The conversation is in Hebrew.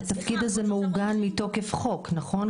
והתפקיד הזה מתוקף חוק, נכון?